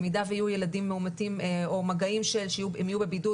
במידה ויהיו ילדים מאומתים או מגעים שיהיו בבידוד,